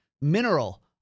Mineral